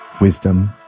wisdom